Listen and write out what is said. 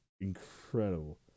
incredible